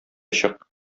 чык